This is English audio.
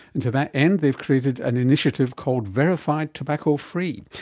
and to that end they've created an initiative called verified tobacco-free.